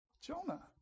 Jonah